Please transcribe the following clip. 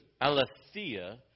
aletheia